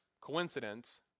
coincidence